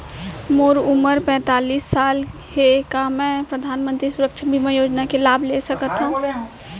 मोर उमर पैंतालीस साल हे का मैं परधानमंतरी सुरक्षा बीमा योजना के लाभ ले सकथव?